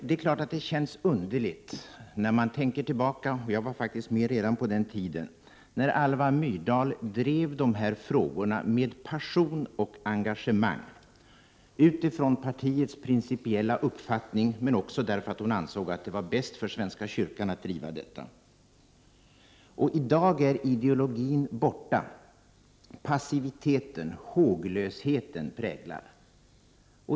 Det är klart att det känns underligt när man tänker tillbaka på när Alva Myrdal drev dessa frågor med passion och engagemang — jag var faktiskt med redan på den tiden — med utgångspunkt i partiets principiella uppfattning, men också för att hon ansåg att det var bäst för svenska kyrkan. I dag är ideologin borta, och passiviteten och håglösheten präglar.